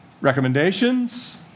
recommendations